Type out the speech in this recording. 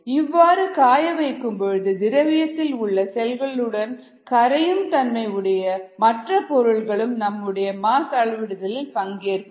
இவ்வாறு காய வைக்கும் பொழுது திரவியத்தில் உள்ள செல்களுடன் கரையும் தன்மை உடைய மற்ற பொருட்களும் நம்முடைய மாஸ் அளவிடுதலில் பங்கேற்கும்